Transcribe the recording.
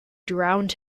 drowned